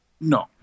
No